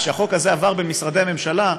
כשהחוק הזה עבר במשרדי הממשלה,